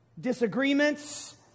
disagreements